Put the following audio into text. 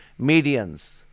medians